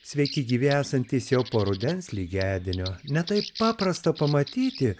sveiki gyvi esantys jau po rudens lygiadienio ne taip paprasta pamatyti